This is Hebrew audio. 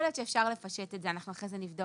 יכול להיות שאפשר לפשט את זה, אנחנו אחרי זה נבדוק